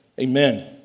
Amen